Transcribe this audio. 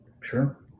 sure